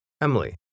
Emily